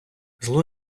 зло